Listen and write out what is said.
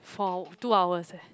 for two hours eh